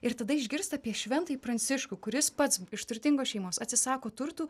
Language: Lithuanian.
ir tada išgirsta apie šventąjį pranciškų kuris pats iš turtingos šeimos atsisako turtų